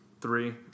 three